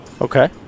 Okay